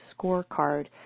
scorecard